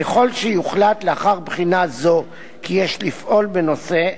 ככל שיוחלט לאחר בחינה זו כי יש לפעול בנושא,